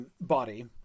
body